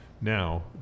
Now